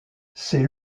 ses